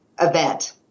event